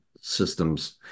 systems